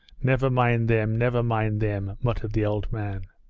never mind them! never mind them muttered the old man,